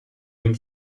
hin